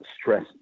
stress